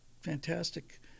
fantastic